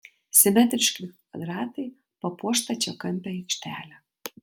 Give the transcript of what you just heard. simetriški kvadratai papuoš stačiakampę aikštelę